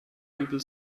übel